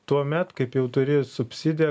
tuomet kaip jau turi subsidiją